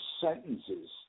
sentences